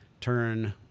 turn